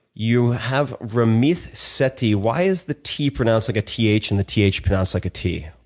you have ramit sethi why is the t pronounced like a th? and the th pronounced like a t?